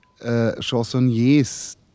chansonniers